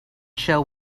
shall